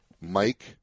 mike